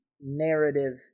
narrative